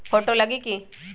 Photo लगी कि?